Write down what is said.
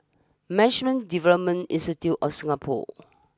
Management Development Institute of Singapore